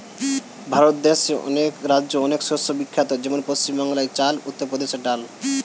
ভারত দেশে অনেক রাজ্যে অনেক শস্য বিখ্যাত যেমন পশ্চিম বাংলায় চাল, উত্তর প্রদেশে ডাল